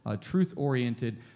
truth-oriented